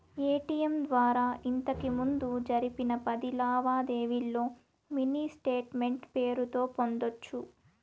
ATM ద్వారా ఇంతకిముందు జరిపిన పది లావాదేవీల్లో మినీ స్టేట్మెంటు పేరుతో పొందొచ్చు